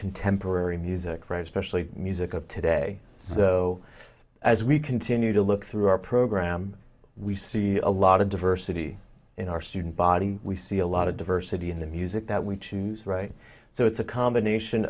contemporary music right especially music of today so as we continue to look through our program we see a lot of diversity in our student body we see a lot of diversity in the music that we choose right so it's a combination